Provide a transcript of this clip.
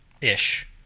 ish